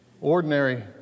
ordinary